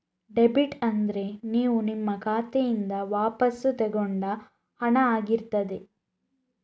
debit ಅಂದ್ರೆ ನೀವು ನಿಮ್ಮ ಖಾತೆಯಿಂದ ವಾಪಸ್ಸು ತಗೊಂಡ ಹಣ ಆಗಿರ್ತದೆ